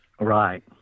Right